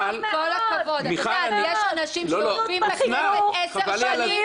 יש כאלה שיושבים פה עשר שנים,